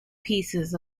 pieces